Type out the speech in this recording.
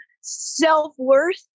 self-worth